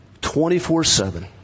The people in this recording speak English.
24-7